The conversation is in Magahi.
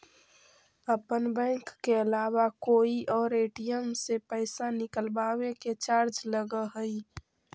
अपन बैंक के अलावा कोई और ए.टी.एम से पइसा निकलवावे के चार्ज लगऽ हइ